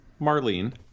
Marlene